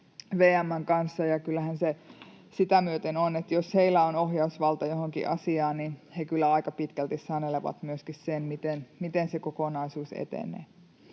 VM:n kanssa, ja kyllähän se sitä myöten on, että jos heillä on ohjausvalta johonkin asiaan, niin he kyllä aika pitkälti sanelevat myöskin sen, miten se kokonaisuus etenee.